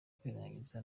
kwirengagiza